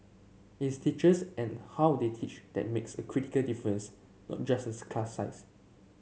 is teachers and how they teach that makes a critical difference not just the class size